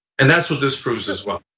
and that's what this proves as well.